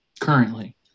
Currently